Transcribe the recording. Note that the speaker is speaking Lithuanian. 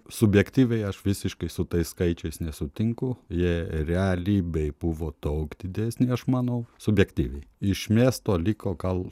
subjektyviai aš visiškai su tais skaičiais nesutinku jie realybėj buvo daug didesni aš manau subjektyviai iš miesto liko gal